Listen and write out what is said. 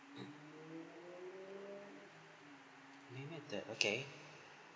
maybe that okay